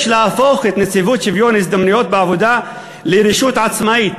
יש להפוך את נציבות שוויון ההזדמנויות בעבודה לרשות עצמאית,